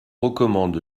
recommande